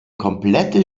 komplette